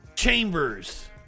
Chambers